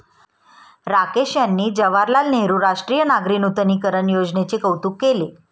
राकेश यांनी जवाहरलाल नेहरू राष्ट्रीय नागरी नूतनीकरण योजनेचे कौतुक केले